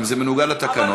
אם זה מנוגד לתקנון,